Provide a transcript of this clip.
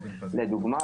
לדוגמה,